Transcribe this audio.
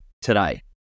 today